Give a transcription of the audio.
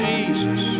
Jesus